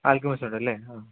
alchemist ഉണ്ടല്ലേ ആ